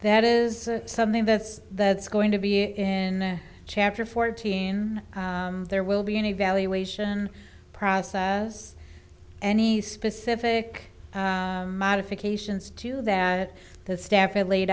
that is something that's that's going to be in chapter fourteen there will be an evaluation process any specific modifications to that the staff it laid